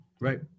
Right